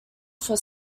from